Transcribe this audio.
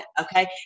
okay